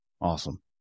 Awesome